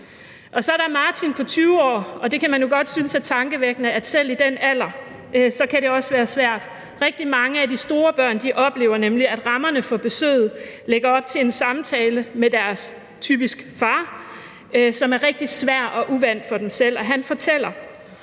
Og så er der Martin på 20 år – og det kan man jo godt synes er tankevækkende, at selv i den alder kan det også være svært. Rigtig mange af de store børn oplever nemlig, at rammerne for besøget lægger op til en samtale med deres – typisk – far, som er rigtig svær og uvant for dem. Han fortæller: